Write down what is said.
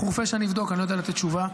חורפיש אני אבדוק, אני לא יודע לתת תשובה.